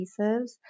adhesives